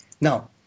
Now